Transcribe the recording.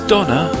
Donna